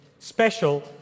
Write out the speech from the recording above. special